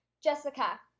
Jessica